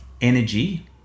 energy